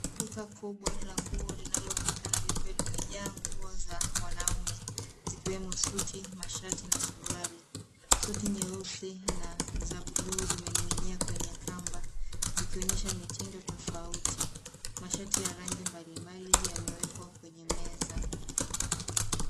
Duka kubwa la nguo linaonekana likiwa limejaa nguo za wanaume, zikiwemo suti, mashati na suruali. Suti nyeusi na za blue zimenining'inia kwenye kamba, zikionyesha mitindo tofauti. Mashati ya rangi mbalimbali yamewekwa kwenye meza.